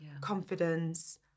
confidence